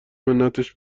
منتش